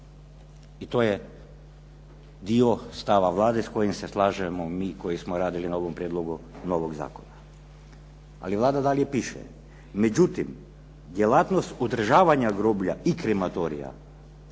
i to je dio stava Vlade s kojim se slažemo mi koji smo radili na ovom prijedlogu novog zakona. Ali Vlada dalje piše. Međutim, djelatnost održavanja groblja i krematorija